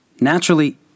Naturally